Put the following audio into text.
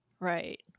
Right